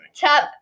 Top